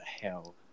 hell